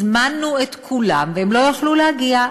הזמנו את כולם, והם לא יכלו להגיע.